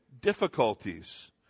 difficulties